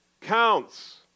counts